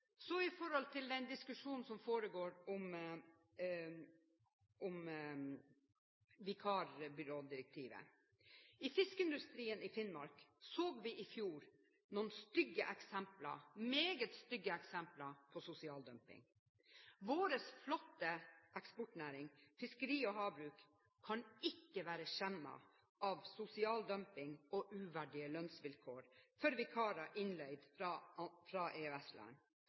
i Utenriksdepartementet. Så til diskusjonen som foregår om vikarbyrådirektivet. I fiskeindustrien i Finnmark så vi i fjor noen meget stygge eksempler på sosial dumping. Vår flotte eksportnæring, fiskeri og havbruk, kan ikke være skjemmet av sosial dumping og uverdige lønnsvilkår for vikarer innleid fra